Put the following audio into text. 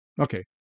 Okay